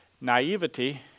Naivety